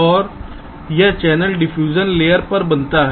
और यह channel diffusion layer पर बनता है